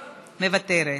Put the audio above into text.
מוותרת,